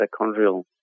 mitochondrial